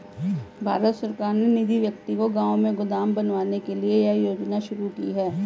भारत सरकार ने निजी व्यक्ति को गांव में गोदाम बनवाने के लिए यह योजना शुरू की है